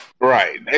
Right